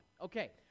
Okay